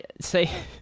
say